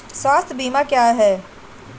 स्वास्थ्य बीमा क्या है?